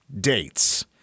dates